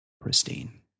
pristine